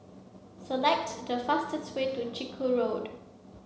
select the fastest way to Chiku Road